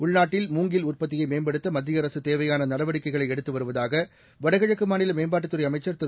உள்நாட்டில் மூங்கில் உற்பத்தியை மேம்படுத்த மத்திய அரசு தேவையான நடவடிக்கைகளை எடுத்து வருவதாக வடகிழக்கு மாநில மேம்பாட்டுத்துறை அமைச்சர் திரு